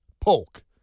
Polk